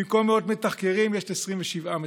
במקום מאות מתחקרים יש 27 מתחקרים.